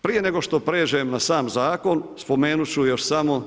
Prije nego što prijeđem na sam Zakon, spomenuti ću još samo.